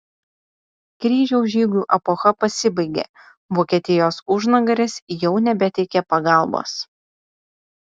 kryžiaus žygių epocha pasibaigė vokietijos užnugaris jau nebeteikė pagalbos